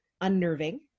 unnerving